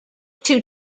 two